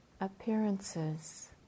appearances